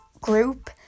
group